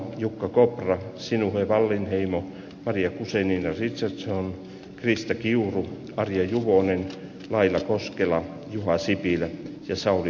jukka kopra sinuhe wallinheimo ari husseinin rosiksessa on krista kiuru arja juvonen kai koskela juha sipilä vaali on